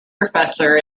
professor